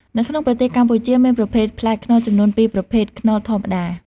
នៅក្នុងប្រទេសកម្ពុជាមានប្រភេទផ្លែខ្នុរចំនួន ពីរប្រភេទ ខ្នុរធម្មតា ។